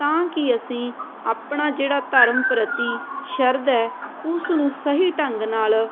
ਤਾਂ ਕਿ ਅਸੀਂ ਆਪਣਾ ਜਿਹੜਾ ਧਰਮ ਪ੍ਰਤੀ ਸ਼ਰਧਾ ਹੈ ਉਸ ਨੂੰ ਸਹੀ ਢੰਗ ਨਾਲ